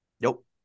Nope